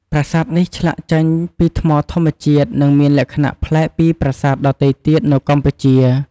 ប្រាសាទនេះឆ្លាក់ចេញពីថ្មធម្មជាតិ និងមានលក្ខណៈប្លែកពីប្រាសាទដទៃទៀតនៅកម្ពុជា។